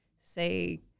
say